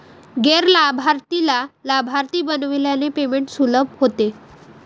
गैर लाभार्थीला लाभार्थी बनविल्याने पेमेंट सुलभ होते